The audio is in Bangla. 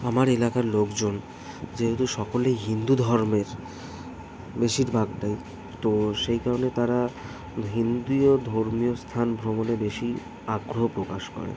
আমার এলাকার লোকজন যেহেতু সকলে হিন্দু ধর্মের বেশিরভাগটাই তো সেই কারণে তারা হিন্দিয় ধর্মীয় স্থান ভ্রমণে বেশি আগ্রহ প্রকাশ করে